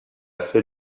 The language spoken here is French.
fait